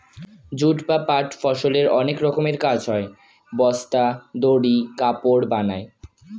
jute বা পাট ফসলের অনেক রকমের কাজ হয়, বস্তা, দড়ি, কাপড় বানায়